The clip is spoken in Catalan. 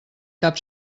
cap